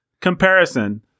comparison